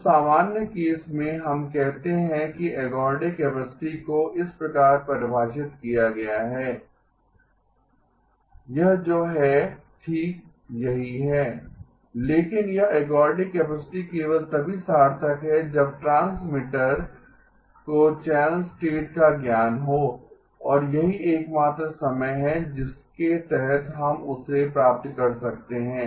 तो सामान्य केस में हम कहते हैं कि एर्गोडिक कैपेसिटी को इस प्रकार परिभाषित किया गया है CE Blo g21γ यह जो है ठीक यही है लेकिन यह एर्गोडिक कैपेसिटी केवल तभी सार्थक है जब ट्रांसमीटर को चैनल स्टेट का ज्ञान हो और यही एकमात्र समय है जिसके तहत हम उसे प्राप्त कर सकते हैं